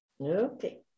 Okay